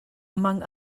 among